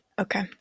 okay